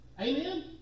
Amen